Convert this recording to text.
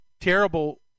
terrible